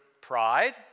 pride